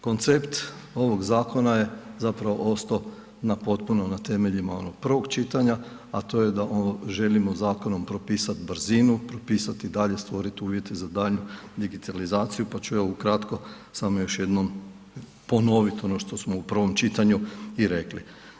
Koncept ovog zakona je zapravo ostao na potpuno na temeljima onog prvog čitanja, a to je da želimo zakonom propisat brzinu, propisati i dalje stvorit uvjete za daljnju digitalizaciju, pa ću ja ukratko samo još jednom ponoviti ono što smo u prvom čitanju i rekli.